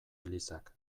elizak